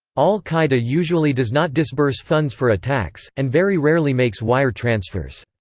al-qaeda usually does not disburse funds for attacks, and very rarely makes wire transfers.